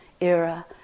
era